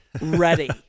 ready